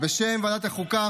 בשם ועדת החוקה,